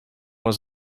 was